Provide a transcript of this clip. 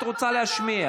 תמשיכי להתווכח.